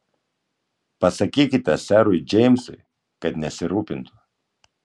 pasakykite serui džeimsui kad nesirūpintų